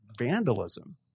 vandalism